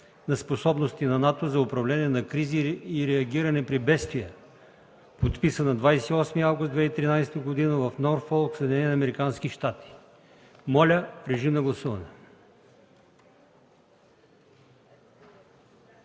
на способности на НАТО за управление на кризи и реагиране при бедствия, подписан на 28 август 2013 г. в Норфолк, Съединени американски щати. Гласували